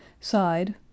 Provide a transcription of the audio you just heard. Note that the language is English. sighed